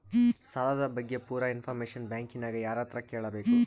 ಸಾಲದ ಬಗ್ಗೆ ಪೂರ ಇಂಫಾರ್ಮೇಷನ ಬ್ಯಾಂಕಿನ್ಯಾಗ ಯಾರತ್ರ ಕೇಳಬೇಕು?